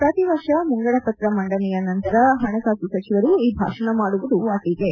ಪ್ರತಿವರ್ಷ ಮುಂಗಡ ಪತ್ರ ಮಂಡನೆಯ ನಂತರ ಹಣಕಾಸು ಸಚಿವರು ಈ ಭಾಷಣ ಮಾಡುವುದು ವಾಡಿಕೆ